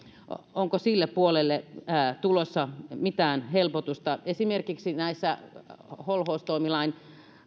onko sille puolelle tulossa mitään helpotusta esimerkiksi näissä holhoustoimilain